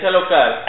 local